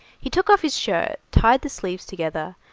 he took off his shirt, tied the sleeves together,